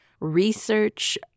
research